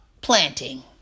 planting